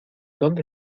dónde